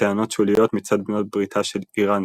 וטענות שוליות מצד בנות בריתה של איראן,